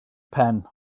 pen